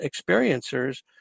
experiencers